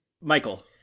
Michael